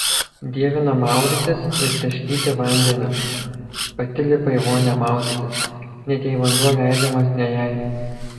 dievina maudytis ir taškyti vandeniu pati lipa į vonią maudytis net jei vanduo leidžiamas ne jai